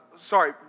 sorry